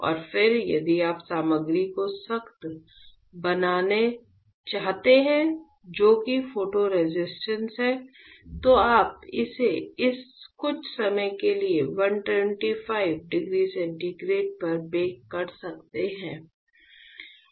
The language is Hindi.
और फिर यदि आप सामग्री को सख्त बनाना चाहते हैं जो कि फोटोरेसिस्टेंट है तो आप इसे कुछ समय के लिए 125 डिग्री सेंटीग्रेड पर बेक कर सकते हैं